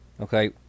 Okay